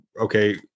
okay